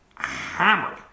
hammered